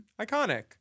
Iconic